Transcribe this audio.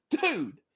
dude